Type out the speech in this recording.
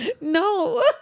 no